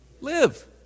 Live